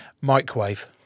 Microwave